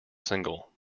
single